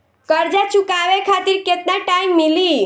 कर्जा चुकावे खातिर केतना टाइम मिली?